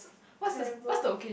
terrible